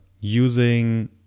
using